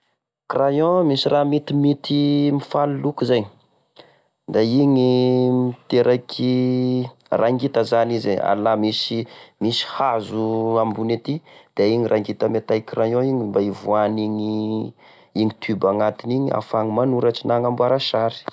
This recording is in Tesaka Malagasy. Crayon misy ra mitimity mifalo loko zay, da iny miteraky, rangita zany izy e! ala misy, misy hazo ambony aty, da igny rangita ame taille crayon igny mba hivohan'igny tube agnatiny igny hahafany manoratry, na agnamboara sary.